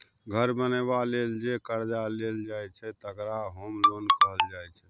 घर बनेबा लेल जे करजा लेल जाइ छै तकरा होम लोन कहल जाइ छै